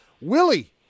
Willie